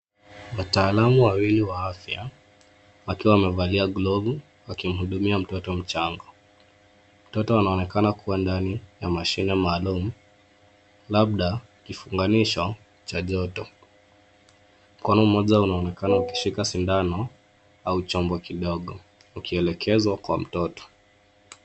Wataalumu wawili wa afya, wakiwa wamevalia galavu, wakimhudumia mtoto mchanga, mtoto anaonekana kuwa ndani ya mashine maalum, labda, kifunganisho, cha joto. Mkono mmoja unaonekana ukishika sindano, au chombo kidogo, ukielekezwa, kwa mtoto.